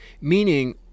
Meaning